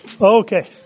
Okay